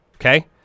Okay